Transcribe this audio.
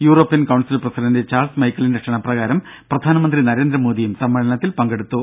European council president Charles മൈക്കിളിന്റെ ക്ഷണപ്രകാരം പ്രധാനമന്ത്രി നരേന്ദ്രമോദിയും സമ്മേളനത്തിൽ പങ്കെടുത്തു